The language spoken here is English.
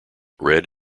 red